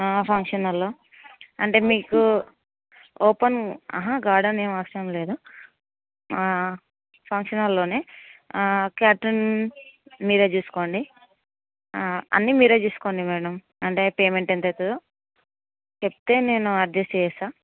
function హాల్లో అంటే మీకు ఓపెన్ గార్డెన్ అహా ఏం అవసరం లేదు ఫంక్షన్ హాల్ లోనే క్యాటరింగ్ మీరే చూసుకోండి అన్ని మీరే చూసుకోండి మేడమ్ అంటే పేమెంట్ ఎంత అవుతుందో చెప్తే నేను అడ్జస్ట్ చేయిస్తా